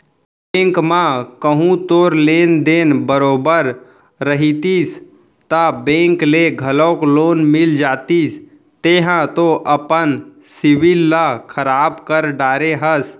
bank म कहूँ तोर लेन देन बरोबर रहितिस ता बेंक ले घलौक लोन मिल जतिस तेंहा तो अपन सिविल ल खराब कर डरे हस